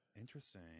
Interesting